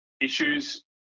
issues